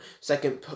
second